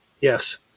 Yes